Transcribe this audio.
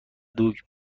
دوگ